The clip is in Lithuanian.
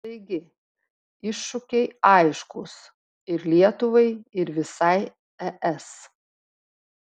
taigi iššūkiai aiškūs ir lietuvai ir visai es